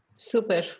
Super